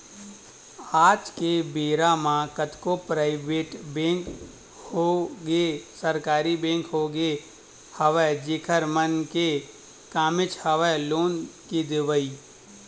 आज के बेरा म कतको पराइवेट बेंक होगे सरकारी बेंक होगे हवय जेखर मन के कामेच हवय लोन के देवई